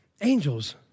Angels